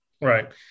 Right